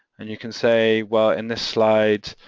and you can say, well, in this slide,